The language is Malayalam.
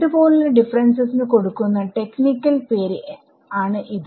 ഇത് പോലുള്ള ഡിഫറെൻസസ് നു കൊടുക്കുന്ന ടെക്നിക്കൽ പേര് ആണ് ഇത്